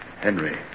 Henry